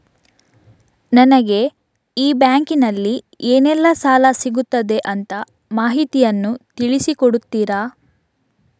ನನಗೆ ಈ ಬ್ಯಾಂಕಿನಲ್ಲಿ ಏನೆಲ್ಲಾ ಸಾಲ ಸಿಗುತ್ತದೆ ಅಂತ ಮಾಹಿತಿಯನ್ನು ತಿಳಿಸಿ ಕೊಡುತ್ತೀರಾ?